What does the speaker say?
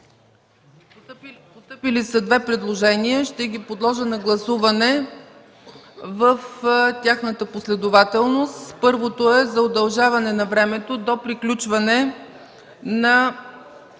Постъпили са две предложения. Ще ги подложа на гласуване в тяхната последователност. Първото е за удължаване на времето до приключване на